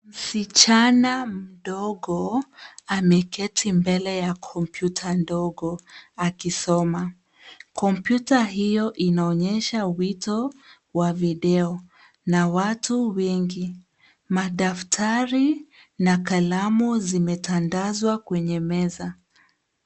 Msichana mdogo ameketi mbele ya komputa ndogo akisoma. Kompyuta hiyo inaonyesha wito wa video na watu wengi. Madaftari na kalamu zimetandazwa kwenye meza.